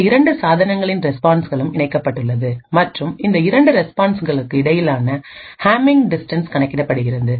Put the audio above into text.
இந்த இரண்டு சாதனங்களின் ரெஸ்பான்ஸ்களும் இணைக்கப்பட்டுள்ளது மற்றும் இந்த இரண்டு ரெஸ்பான்ஸ்களுக்கு இடையிலான ஹமிங் டிஸ்டன்ஸ் கணக்கிடப்படுகின்றது